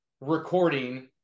recording